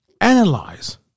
Analyze